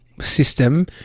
system